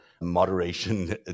moderation